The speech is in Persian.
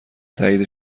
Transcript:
تایید